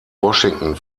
washington